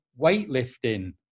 weightlifting